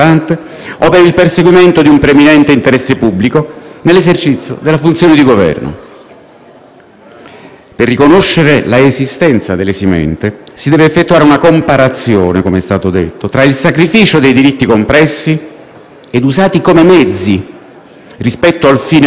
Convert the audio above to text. Per riconoscere l'esistenza dell'esimente si deve effettuare una comparazione, come è stato detto, tra il sacrificio dei diritti compressi ed usati come mezzi rispetto al fine perseguito, verificando in concreto la prevalenza (se c'è) di quest'ultimo.